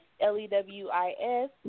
L-E-W-I-S